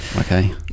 Okay